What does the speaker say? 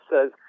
says